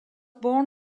born